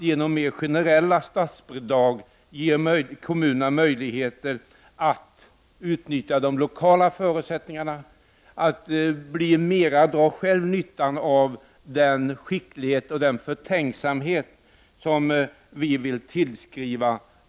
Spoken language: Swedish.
Genom mer generella statsbidrag kan kommunerna få möjligheter att utnyttja de lokala förutsättningarna och själva dra nytta av den skicklighet och den förtänksamhet som kommunalmännen kan tillskrivas.